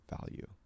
value